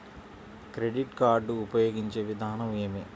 Credit card ఉపయోగించే విధానం ఏమి?